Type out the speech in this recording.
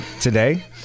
today